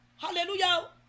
Hallelujah